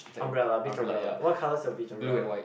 umbrella beach umbrella what colour is your beach umbrella